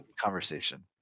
conversation